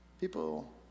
People